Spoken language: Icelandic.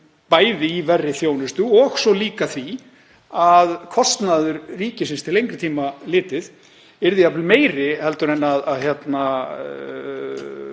bæði í verri þjónustu og svo líka því að kostnaður ríkisins til lengri tíma litið yrði jafnvel meiri en hann